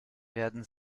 werden